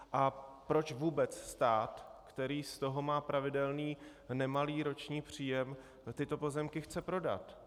A proč vůbec stát, který z toho má pravidelný nemalý roční příjem, chce tyto pozemky prodat?